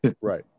Right